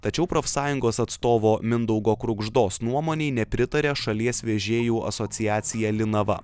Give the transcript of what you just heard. tačiau profsąjungos atstovo mindaugo krugždos nuomonei nepritaria šalies vežėjų asociacija linava